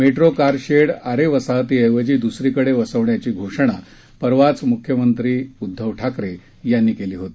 metro car shed Aarey वसाहतीऐवजी द्सरीकडे वसवण्याची घोषणा परवाच मुख्यमंत्री उद्धव ठाकरे यांनी केली होती